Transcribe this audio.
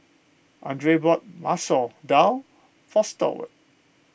andrae bought Masoor Dal for Stewart